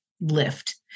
lift